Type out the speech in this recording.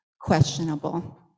questionable